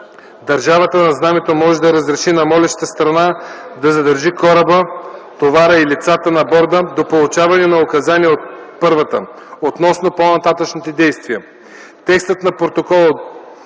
държавата на знамето може да разреши на молещата страна да задържи кораба, товара и лицата на борда до получаването на указания от първата относно по нататъшните действия.